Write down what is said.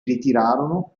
ritirarono